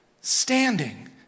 standing